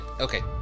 okay